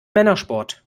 männersport